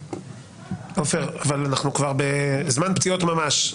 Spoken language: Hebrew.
עופר, אנחנו כבר בזמן פציעות ממש.